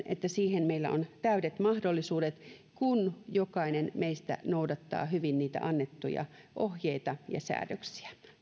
että siihen meillä on täydet mahdollisuudet kun jokainen meistä noudattaa hyvin niitä annettuja ohjeita ja säädöksiä